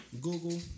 Google